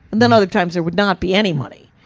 then other times there would not be any money.